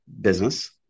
business